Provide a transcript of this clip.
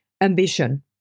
ambition